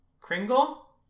Kringle